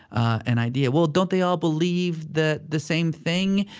and idea well, don't they all believe that the same thing?